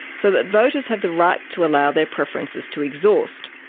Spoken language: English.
so that voters have the right to allow their preferences to exhaust,